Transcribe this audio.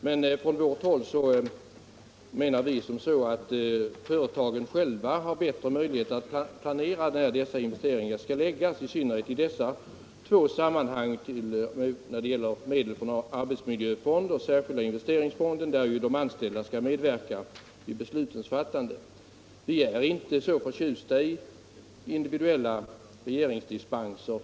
Men från vårt håll menar vi att företagen själva har bättre möjligheter att planera när dessa investeringar skall göras, i synnerhet i dessa två sammanhang — när det gäller medel från arbetsmiljöfonden och den särskilda investeringsfonden — där ju de anställda skall medverka vid beslutens fattande. Vi är inte så förtjusta i individuella regeringsdispenser.